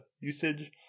usage